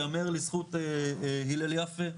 יאמר לזכות הלל יפה,